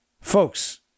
folks